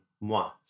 moi